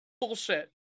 bullshit